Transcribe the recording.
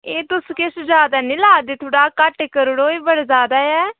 एह् तुस किश जादा निं ला दे थोह्ड़ा घट्ट करी ओड़ो एह् बड़ा जैदा ऐ